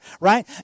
right